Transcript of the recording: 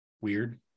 weird